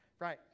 Right